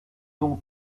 ont